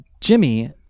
Jimmy